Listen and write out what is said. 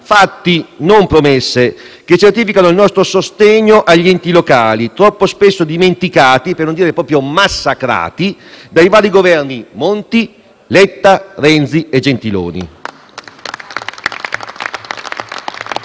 Fatti, non promesse, che certificano il nostro sostegno agli enti locali, troppo spesso dimenticati (per non dire proprio massacrati) dai vari governi Monti, Letta, Renzi e Gentiloni